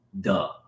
duh